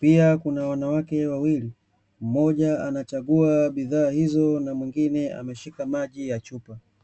Pia kuna wanawake wawili, mmoja anachagua bidhaa hizo na mwingine ameshika maji ya chupa.